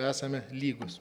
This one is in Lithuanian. esame lygūs